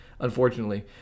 unfortunately